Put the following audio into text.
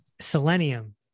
Selenium